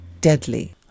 deadly